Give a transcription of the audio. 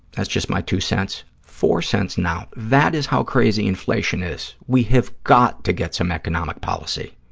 that's just my two cents, four cents now. that is how crazy inflation is. we have got to get some economic policy.